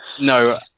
No